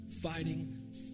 fighting